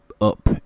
up